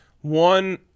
One